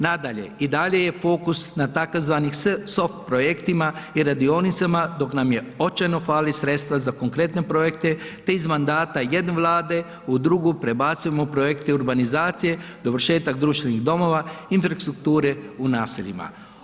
Nadalje i dalje je fokus na tzv. ... projektima i radionicama dok nam očajno fali sredstva za konkretne projekte te iz mandata jedne Vlade u drugu prebacujemo projekte urbanizacije, dovršetak društvenih domova, infrastrukture u naseljima.